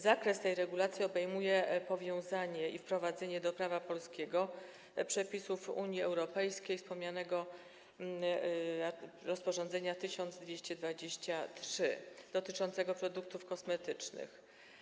Zakres tej regulacji obejmuje wprowadzenie do prawa polskiego przepisów Unii Europejskiej, przepisów wspomnianego rozporządzenia nr 1223 dotyczącego produktów kosmetycznych.